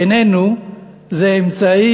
בעינינו זה אמצעי.